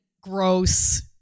gross